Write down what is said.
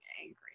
angry